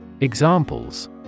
Examples